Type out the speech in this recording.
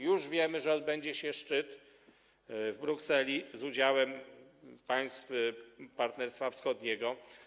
Już wiemy, że odbędzie się szczyt w Brukseli z udziałem państw Partnerstwa Wschodniego.